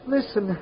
Listen